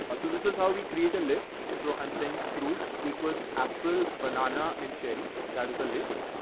so this is how we create a list. so i'm saying fruits equals apple, banana and cherry. that is a list.